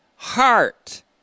Heart